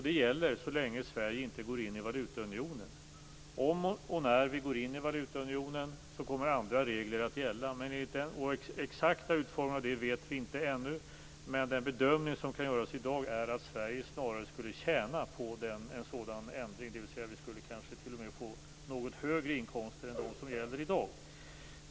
Det gäller så länge Sverige inte går in i valutaunionen. Om och när vi går in i valutaunionen kommer andra regler att gälla. Den exakta utformningen av dem vet vi inte ännu, men den bedömning som kan göras i dag är att Sverige snarare skulle tjäna på en sådan ändring. Vi skulle kanske t.o.m. få något högre inkomster än vad som gäller i dag.